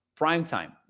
primetime